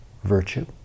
Virtue